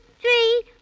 three